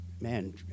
Man